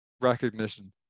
recognition